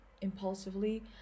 impulsively